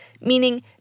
meaning